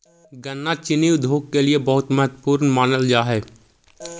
गन्ना चीनी उद्योग के लिए बहुत महत्वपूर्ण मानल जा हई